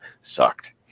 sucked